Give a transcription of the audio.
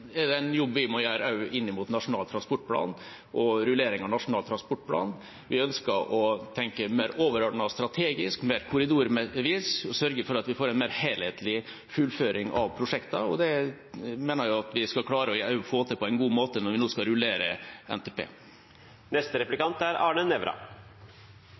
av den. Vi ønsker å tenke mer overordnet strategisk, mer korridorvis, og sørge for at vi får en mer helhetlig fullføring av prosjektene. Og det mener jeg at vi skal klare å få til på en god måte når vi nå skal rullere NTP.